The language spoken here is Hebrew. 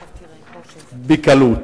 בקלות.